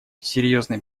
серьезной